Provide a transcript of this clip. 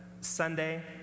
Sunday